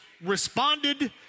responded